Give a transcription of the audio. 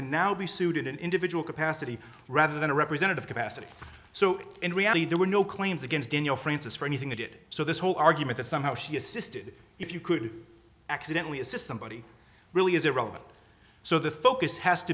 can now be sued in an individual capacity rather than a representative capacity so in reality there were no claims against daniel francis for anything they did so this whole argument that somehow she assisted if you could accidentally a system body really is irrelevant so the focus has